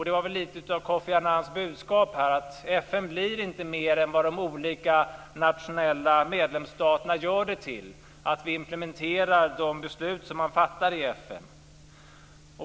Det var väl lite av Kofi Annans budskap här; FN blir inte mer än vad de olika nationella medlemsstaterna gör det till. Vi implementerar de beslut som man fattar i FN.